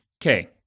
okay